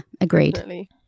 agreed